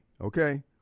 okay